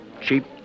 cheap